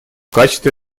качестве